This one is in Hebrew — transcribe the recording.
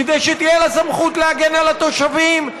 כדי שתהיה לה סמכות להגן על התושבים,